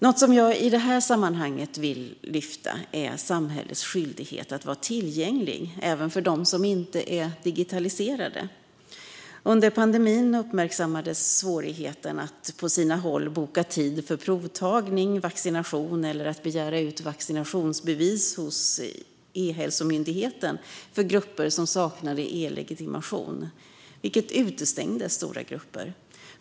Något som jag vill lyfta fram i det här sammanhanget är samhällets skyldighet att vara tillgängligt även för dem som inte är digitaliserade. Under pandemin uppmärksammades svårigheten på vissa håll att boka tid för provtagning eller vaccination eller att begära ut vaccinationsbevis från Ehälsomyndigheten för grupper som saknade e-legitimation, vilket utestängde stora grupper.